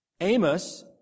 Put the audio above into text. Amos